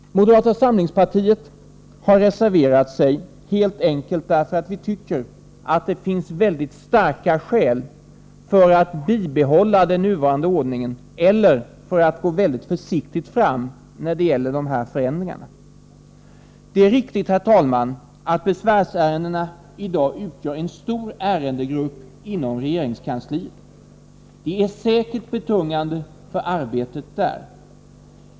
Moderata samlingspartiet har reserverat sig helt enkelt därför att vi tycker att det finns väldigt starka skäl för att bibehålla den nuvarande ordningen eller för att gå mycket försiktigt fram när det gäller dessa förändringar. Det är riktigt, herr talman, att besvärsärendena i dag utgör en stor ärendegrupp inom regeringskansliet. De är säkert betungande för arbetet där.